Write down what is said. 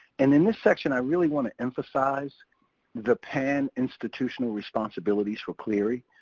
and in this section i really want to emphasize the pan institutional responsibilities for clery.